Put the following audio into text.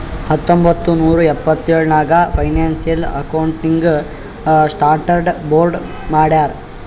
ಹತ್ತೊಂಬತ್ತ್ ನೂರಾ ಎಪ್ಪತ್ತೆಳ್ ನಾಗ್ ಫೈನಾನ್ಸಿಯಲ್ ಅಕೌಂಟಿಂಗ್ ಸ್ಟಾಂಡರ್ಡ್ ಬೋರ್ಡ್ ಮಾಡ್ಯಾರ್